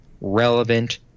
relevant